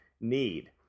need